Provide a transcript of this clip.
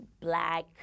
Black